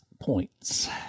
points